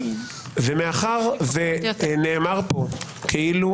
ומאחר ונאמר פה כאילו